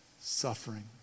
suffering